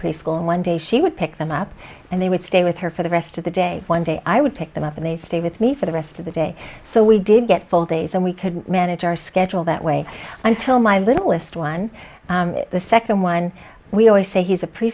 preschool and one day she would pick them up and they would stay with her for the rest of the day one day i would pick them up and they stay with me for the rest of the day so we did get full days and we could manage our schedule that way until my littlest one the second one we always say he's a